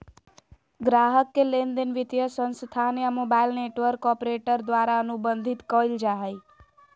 ग्राहक के लेनदेन वित्तीय संस्थान या मोबाइल नेटवर्क ऑपरेटर द्वारा अनुबंधित कइल जा हइ